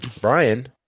Brian